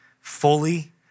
fully